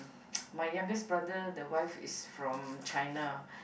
my youngest brother the wife is from China